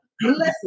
Listen